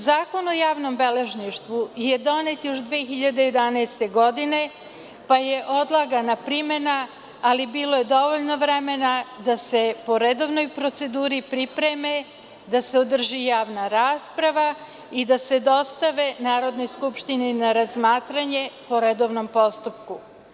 Zakon o javnom beležništvu je donet još 2011. godine, pa je odlagana primena, ali je bilo dovoljno vremena da se po redovnoj proceduri pripreme, da se održi javna rasprava i da se dostave Narodnoj skupštini na razmatranje po redovnom postupku.